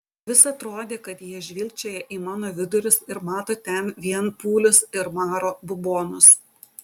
vis atrodė kad jie žvilgčioja į mano vidurius ir mato ten vien pūlius ir maro bubonus